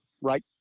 right